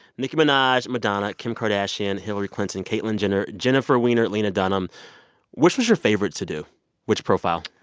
nicki minaj, madonna, kim kardashian, hillary clinton, caitlyn jenner, jennifer weiner, lena dunham which was your favorite to do which profile?